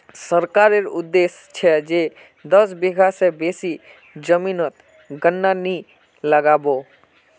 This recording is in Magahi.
सरकारेर आदेश छ जे दस बीघा स बेसी जमीनोत गन्ना नइ लगा बो